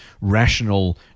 rational